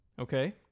Okay